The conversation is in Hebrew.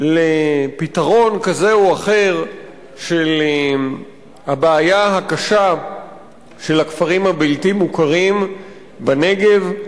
לפתרון כזה או אחר של הבעיה הקשה של הכפרים הבלתי-מוכרים בנגב.